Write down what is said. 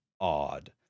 odd